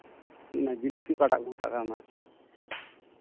ᱡᱤᱞᱟᱹᱯᱤ ᱚᱠᱟᱴᱟᱜ ᱠᱚ ᱢᱮᱛᱟᱜ ᱠᱟᱱᱟ ᱚᱱᱟ